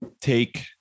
Take